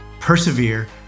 persevere